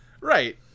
Right